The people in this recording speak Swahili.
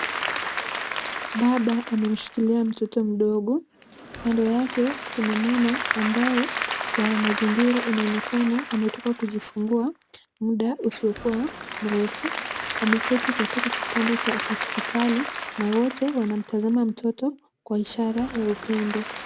Baba amemshikilia mtoto mdogo. Kando yake kuna mama ambaye kwa mazingira inaonekana ametoka kujifungua muda husiokuwa mrefu. Wameketi katika kitanda cha hospitali na wote wanamtazama mtoto kwa ishara wa upendo.